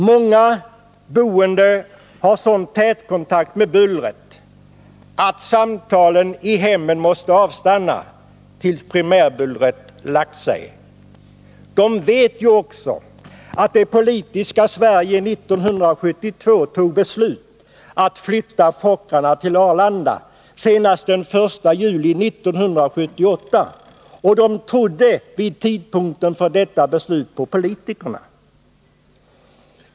Många boende har sådan tät kontakt med bullret att samtalen i hemmen måste avstanna tills primärbullret lagt sig. De vet ju också att det politiska Sverige 1972 fattade beslut om att flytta Fokkerplanen till Arlanda senast den 1 juli 1978 och de trodde vid tidpunkten för detta beslut på politikerna.